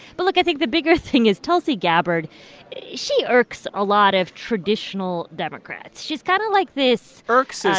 but look. i think the bigger thing is tulsi gabbard she irks a lot of traditional democrats. she's kind of like this. irks is a.